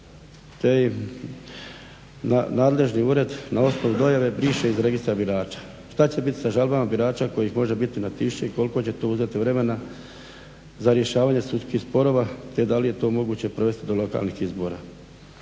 te im nadležni ured na osnovu dojave briše iz registra birača. Što će biti sa žalbama birača kojih može biti na tisuće i koliko će to uzeti vremena za rješavanje sudskih sporova te da li je to moguće provesti do lokalnih izbora?